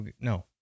No